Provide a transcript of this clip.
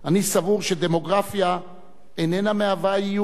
אני סבור שדמוגרפיה איננה מהווה איום.